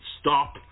stop